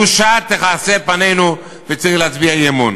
בושה תכסה פנינו, וצריך להצביע אי-אמון.